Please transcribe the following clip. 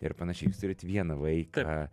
ir panašiai jūs turit vieną vaiką